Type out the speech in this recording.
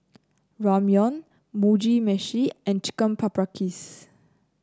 Ramyeon Mugi Meshi and Chicken Paprikas